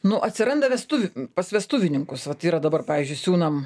nu atsiranda vestuvių pas vestuvininkus vat yra dabar pavyzdžiui siūnam